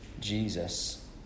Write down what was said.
Jesus